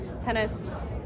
tennis